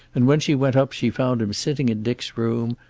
and when she went up she found him sitting in dick's room,